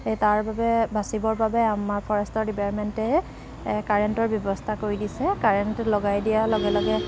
এই তাৰ বাবে বাচিবৰ বাবে আমাৰ ফৰেষ্টৰ ডিপাৰ্টমেণ্টে কাৰেণ্টৰ ব্যৱস্থা কৰি দিছে কাৰেণ্ট লগাই দিয়াৰ লগে লগে